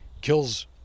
kills